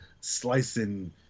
slicing